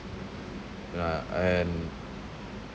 yeah and